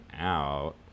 out